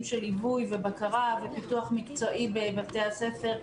של עיבוי ובקרה ופיתוח מקצועי בבתי הספר.